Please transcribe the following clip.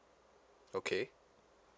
okay